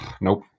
Nope